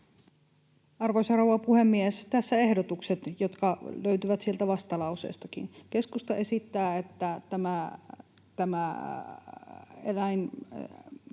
Arvoisa rouva puhemies! Tässä ehdotukset, jotka löytyvät sieltä vastalauseestakin: Keskusta esittää, että